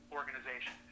organization